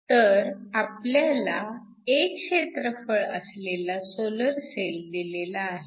तर आपल्याला A क्षेत्रफळ असलेला सोलर सेल दिलेला आहे